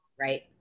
Right